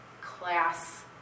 class